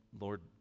Lord